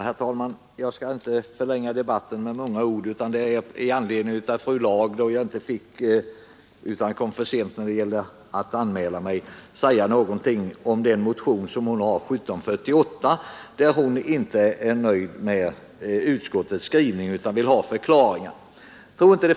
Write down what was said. Herr talman! Jag skall inte förlänga debatten med många ord. Jag kom för sent med att anmäla mig förut men vill säga något till fru Laag som inte var nöjd med utskottets skrivning i anledning av motionen 1748, utan ville ha förklaringar.